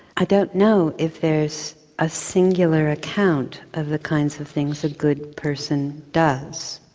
i don't know if there's a singular account of the kinds of things a good person does.